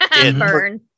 Burn